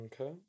Okay